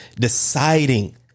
Deciding